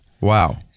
Wow